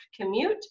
commute